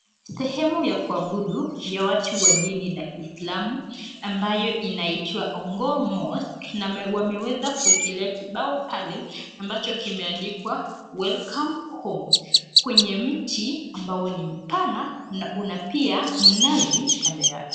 Sehemu ya kuabudu ya watu wa dini la kiisilamu ambayo inaitwa Ongo Mosque. Na wameweza kuekelea kibao pale ambacho kimeandikwa welcome home kwenye mti ambao ni mpana na una pia mnazi kando yake.